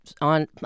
on